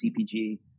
CPG